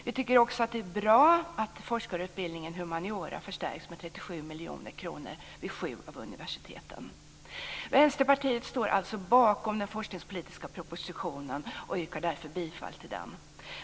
Vi tycker också att det är bra att forskarutbildningen i humaniora förstärks med Vänsterpartiet står alltså bakom den forskningspolitiska propositionen och yrkar därför bifall till den.